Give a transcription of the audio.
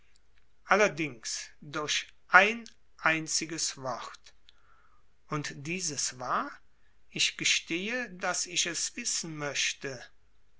allerdings durch ein einziges wort und dieses war ich gestehe daß ich es wissen möchte